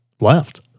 left